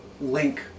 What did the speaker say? link